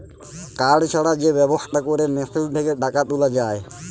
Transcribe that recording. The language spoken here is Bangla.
কাড় ছাড়া যে ব্যবস্থা ক্যরে মেশিল থ্যাকে টাকা তুলা যায়